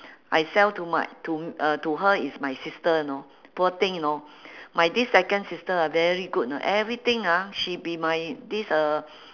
I sell to my to uh to her is my sister you know poor thing you know my this second sister ah very good know everything ah she be my this uh